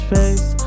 face